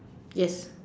yes